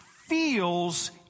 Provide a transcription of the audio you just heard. feels